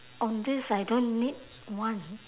on this I don't need one